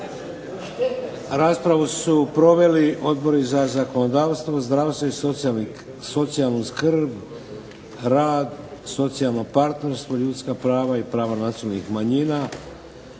Raspravu su proveli Odbori za zakonodavstvo, zdravstvo i socijalnu skrb, rad, socijalno partnerstvo, ljudska prava i prava nacionalnih manjina.